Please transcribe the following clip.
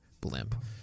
blimp